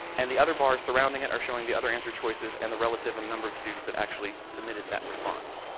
and the other bar surrounding it are showing the other answer choices and the relative in um number of students that actually submitted that response.